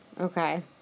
okay